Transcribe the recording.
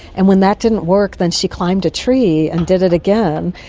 and when that didn't work then she climbed a tree and did it again.